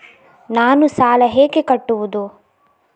ನಾನು ಸಾಲ ಹೇಗೆ ಕಟ್ಟುವುದು?